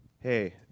Hey